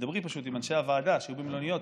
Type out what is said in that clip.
תדברי פשוט עם אנשי הוועדה שהיו במלוניות,